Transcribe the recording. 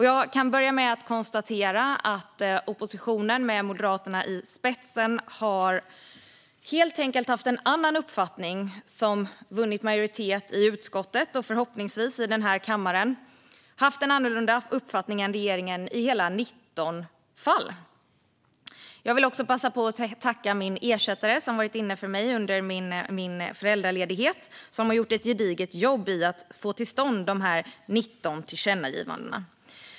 Jag kan börja med att konstatera att oppositionen med Moderaterna i spetsen helt enkelt har haft en annan uppfattning än regeringen i hela 19 fall. Den uppfattningen har vunnit majoritet i utskottet och kommer förhoppningsvis att göra det i den här kammaren. Jag vill passa på att tacka min ersättare som har varit här under min föräldraledighet och som har gjort ett gediget jobb i att få till stånd dessa 19 tillkännagivanden.